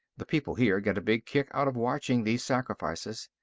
the people here get a big kick out of watching these sacrifices.